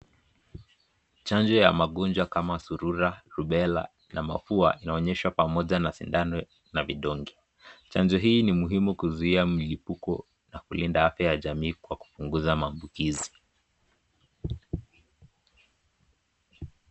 Chanjo ya magonjwa kama surua , rubella na mafua inaonyeshwa pamoja na sidano na vidongi. Chanjo hii ni muhimu kuzuia milipuko na kulinda afya ya jamii kwa kupunguza maambukizi.